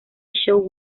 show